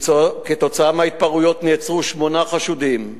כתוצאה מההתפרעויות נעצרו שמונה חשודים,